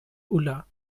ulla